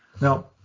Now